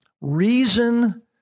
reason